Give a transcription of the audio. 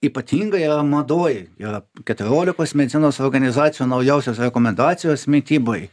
ypatingai yra madoj yra keturiolikos medicinos organizacijų naujausios rekomendacijos mitybai